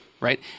right